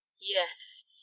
yes